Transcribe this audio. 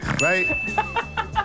Right